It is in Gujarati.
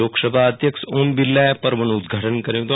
લોકસભા અધ્યક્ષ ઓમ બિરલાએ આ પર્વનું ઉદઘાટન કર્યં હતું